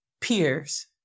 peers